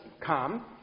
come